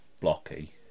blocky